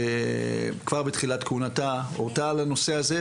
כבר בתחילת כהונתה הורתה על הנושא הזה,